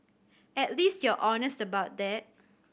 at least you're honest about that